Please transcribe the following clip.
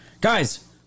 Guys